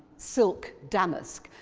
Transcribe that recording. silk damask,